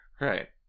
Right